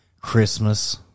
christmas